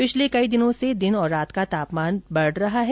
पिछले कई दिनों से दिन और रात का तापमान बढ़ रहा है